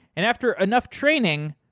and after enough training,